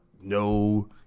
no